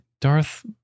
Darth